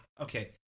Okay